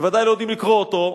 בוודאי לא יודעים לקרוא אותו.